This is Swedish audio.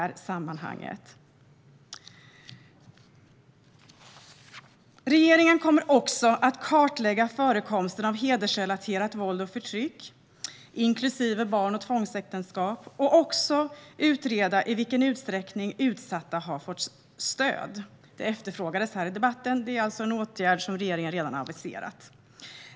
Regeringen kommer också att kartlägga förekomsten av hedersrelaterat våld och förtryck inklusive barnäktenskap och tvångsäktenskap. Man ska också utreda i vilken utsträckning utsatta har fått stöd. Det efterfrågades här i debatten, och det är alltså en åtgärd som regeringen redan har aviserat.